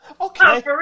okay